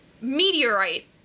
meteorite